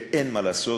של אין מה לעשות,